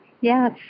Yes